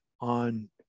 on